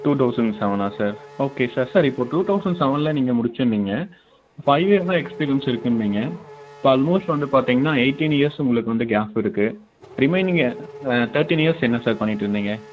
two thousand செவனா sir okay sir sir இப்போ two thousand செவலனில் நீங்கள் முடிச்சன்னீங்க ஃபைவ் இயர்ஸ் தான் எக்ஸ்பீரியன்ஸ் இருக்குனீங்க இப்போ ஆல்மோஸ்ட் வந்து பார்த்தீங்கன்னா எயிட்டின் இயர்ஸ் உங்களுக்கு வந்து கேஃப் இருக்குது ரிமைனிங் தேர்ட்டின் இயர்ஸ் என்ன சார் பண்ணிட்டுருந்தீங்க